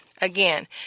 again